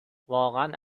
واقعا